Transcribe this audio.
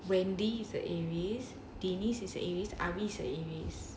wendy is aries dennis is an aries abi is an aries